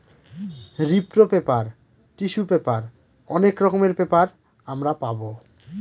রিপ্র paper, tissue paper অনেক রকমের পেপার আমরা পাবো